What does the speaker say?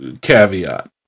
caveat